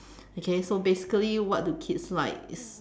okay so basically what do kids like it's